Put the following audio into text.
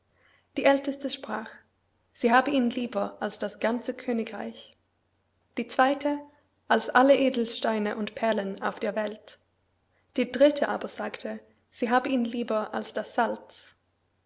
die älteste sprach sie habe ihn lieber als das ganze königreich die zweite als alle edelsteine und perlen auf der welt die dritte aber sagte sie habe ihn lieber als das salz